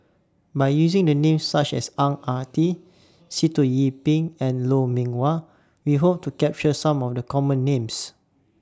By using The Names such as Ang Ah Tee Sitoh Yih Pin and Lou Mee Wah We Hope to capture Some of The Common Names